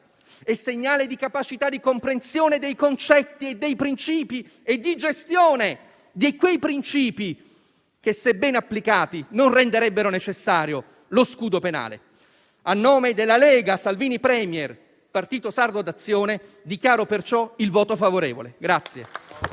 è segnale di capacità di comprensione dei concetti e dei principi e di gestione di quei principi che, se ben applicati, non renderebbero necessario lo scudo penale. A nome del Gruppo Lega-Salvini Premier-Partito Sardo d'Azione, dichiaro perciò il voto favorevole.